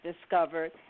discovered